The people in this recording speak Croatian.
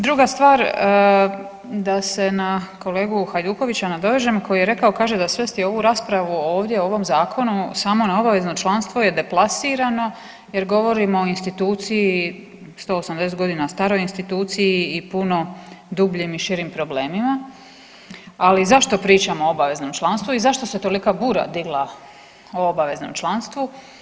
Druga stvar, da se na kolegu Hajdukovića nadovežem koji je rekao, kaže da svesti ovu raspravu ovdje o ovom Zakonu samo na obavezno članstvo je deplasirano jer govorimo o instituciji 180 godina staroj instituciji i puno dubljim i širim problemima, ali zašto pričamo o obaveznom članstvu i zašto se tolika bura digla o obaveznom članstvu.